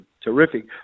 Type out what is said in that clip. terrific